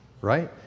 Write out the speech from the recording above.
right